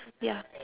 ya